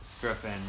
Griffin